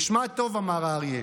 נשמע טוב, אמר האריה.